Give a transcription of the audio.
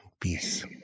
peace